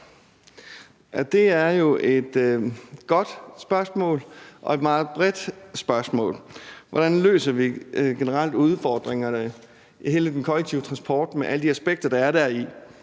Det er jo et godt spørgsmål og et meget bredt spørgsmål. Hvordan løser vi generelt udfordringerne i hele den kollektive transport med alle de aspekter, der er deri?